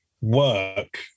work